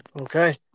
Okay